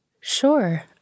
Sure